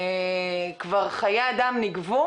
כבר ניגבו